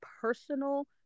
personal